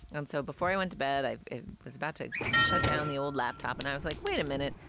and so before i went to bed, i was about to shut down the old laptop. and i was like, wait a minute,